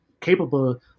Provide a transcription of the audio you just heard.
capable